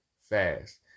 fast